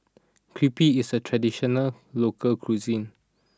Crepe is a traditional local cuisine